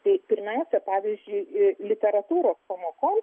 tai pirmiausia pavyzdžiui literatūros pamokoms